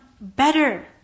better